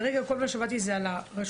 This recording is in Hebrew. כרגע כל מה שהבנתי זה על הרשויות,